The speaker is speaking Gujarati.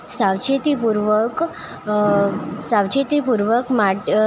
સાવચેતી પૂર્વક સાવચેતી પૂર્વક માટ